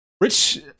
Rich